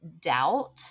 doubt